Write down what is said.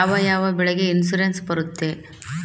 ಯಾವ ಯಾವ ಬೆಳೆಗೆ ಇನ್ಸುರೆನ್ಸ್ ಬರುತ್ತೆ?